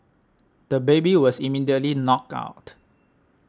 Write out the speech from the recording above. the baby was immediately knocked out